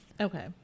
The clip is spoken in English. Okay